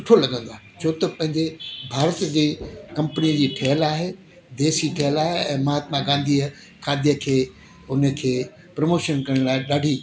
सुठो लॻंदो आहे छो त पंहिंजे भारत जे कंपनीअ जी ठहियल आहे देसी ठहियल आहे ऐं महात्मा गांधीअ खादीअ खे उनखे प्रमोशन करण लाइ ॾाढी